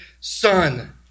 Son